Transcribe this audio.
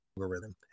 algorithm